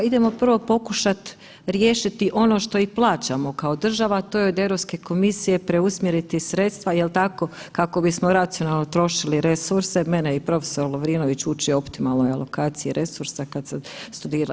Idemo prvo pokušat riješiti ono što i plaćamo kao država, to je od Europske komisije preusmjeriti sredstva jel tako, kako bismo racionalno trošili resurse, mene je i prof. Lovrinović učio optimalnoj alokaciji resursa kad sam studirala.